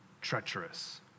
treacherous